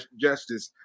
justice